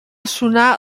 sonar